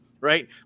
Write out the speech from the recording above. Right